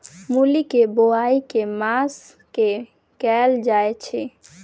मूली केँ बोआई केँ मास मे कैल जाएँ छैय?